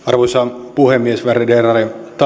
arvoisa puhemies värderade talman hyvät